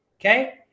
Okay